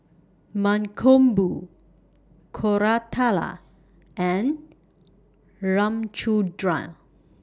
Mankombu Koratala and Ramchundra